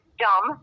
dumb